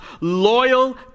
loyal